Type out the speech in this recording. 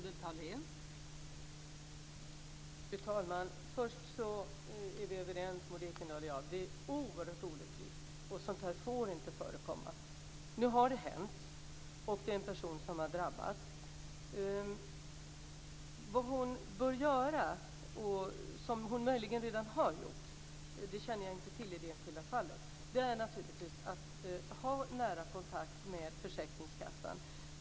Fru talman! Först vill jag säga att Maud Ekendahl och jag är överens: Detta är oerhört olyckligt! Sådant här får inte förekomma. Nu har det hänt, och en person har drabbats. Vad hon bör göra och möjligen redan har gjort - det känner jag inte till i det här enskilda fallet - är naturligtvis att se till att ha nära kontakt med försäkringskassan.